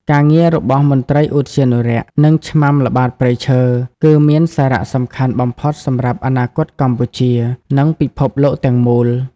ការងាររបស់មន្ត្រីឧទ្យានុរក្ស និងឆ្មាំល្បាតព្រៃឈើ គឺមានសារៈសំខាន់បំផុតសម្រាប់អនាគតកម្ពុជា និងពិភពលោកទាំងមូល។